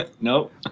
Nope